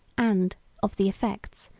and of the effects,